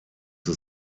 the